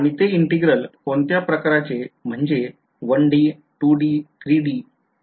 आणि ते integral कोणत्या प्रकारचे म्हणजे 1D 2D 3D कोणते असणार आहे